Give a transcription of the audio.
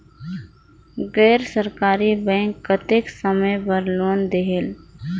गैर सरकारी बैंक कतेक समय बर लोन देहेल?